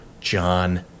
John